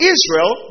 Israel